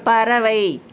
பறவை